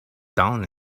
down